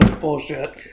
bullshit